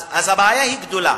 אז הבעיה גדולה,